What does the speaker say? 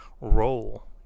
role